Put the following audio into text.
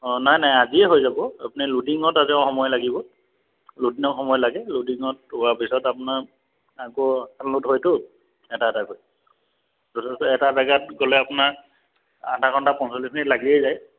অঁ নাই নাই আজিয়ে হৈ যাব আপুনি লুডিঙত আজিও সময় লাগিব লুডিঙত সময় লাগে লুডিঙত হোৱাৰ পিছত আপোনাৰ আকৌ লোড হয়তো এটা এটাকৈ এটা জেগাত গ'লে আপোনাৰ আধা ঘণ্টা পঞ্চলিছ মিনিট লাগিয়েই যায়